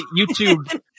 YouTube